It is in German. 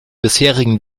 bisherigen